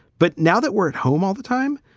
but now that we're at home all the time,